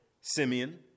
Simeon